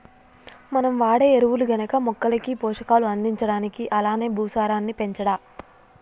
మనం వాడే ఎరువులు గనక మొక్కలకి పోషకాలు అందించడానికి అలానే భూసారాన్ని పెంచడా